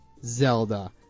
Zelda